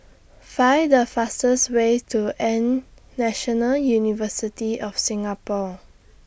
Find The fastest Way to National University of Singapore